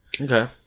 Okay